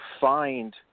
find